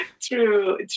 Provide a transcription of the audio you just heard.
true